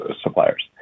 suppliers